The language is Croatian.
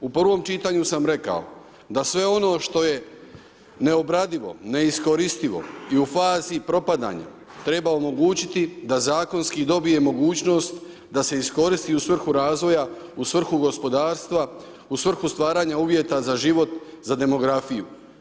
U prvom čitanju sam rekao da sve ono što je neobradivo, neiskoristivo i u fazi propadanja, treba omogućiti da zakonski dobije mogućnost da se iskoristi i u svrhu razvoja, u svrhu gospodarstva, u svrhu stvaranja uvjeta za život, za demografiju.